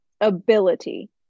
ability